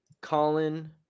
Colin